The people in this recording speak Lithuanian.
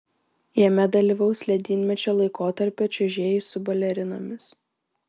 jame dalyvaus ledynmečio laikotarpio čiuožėjai su balerinomis